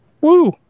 Woo